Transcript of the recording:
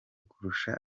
kurusha